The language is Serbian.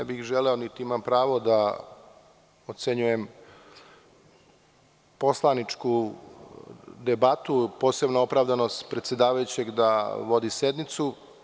ne bih želeo niti imam pravo da ocenjujem poslaničku debatu, posebno opravdanost predsedavajućeg da vodi sednicu.